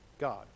God